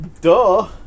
Duh